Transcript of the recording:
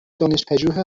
دانشپژوه